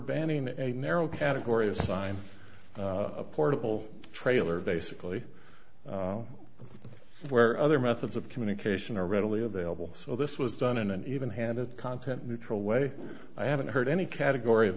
banning a narrow category assigned a portable trailer basically where other methods of communication are readily available so this was done in an even handed content neutral way i haven't heard any category of